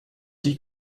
die